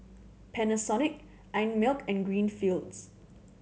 Panasonic Einmilk and Greenfields